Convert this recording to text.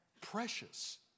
Precious